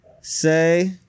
say